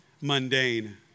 mundane